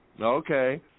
Okay